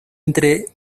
entre